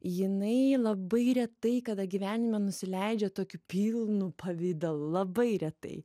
jinai labai retai kada gyvenime nusileidžia tokiu pilnu pavidalu labai retai